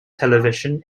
television